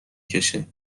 کشه